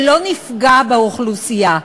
שלא נפגע באוכלוסייה,